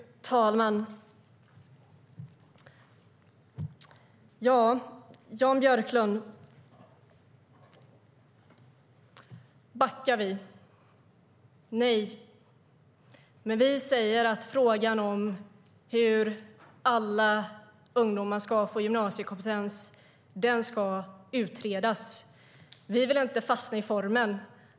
Fru talman! Jan Björklund! Backar vi? Nej, men vi säger att frågan om hur alla ungdomar ska få gymnasiekompetens ska utredas. Vi vill inte fastna i formen.